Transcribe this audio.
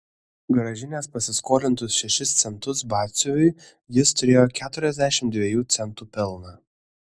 grąžinęs pasiskolintus šešis centus batsiuviui jis turėjo keturiasdešimt dviejų centų pelną